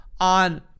on